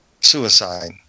Suicide